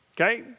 Okay